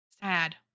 Sad